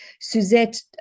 Suzette